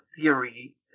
theory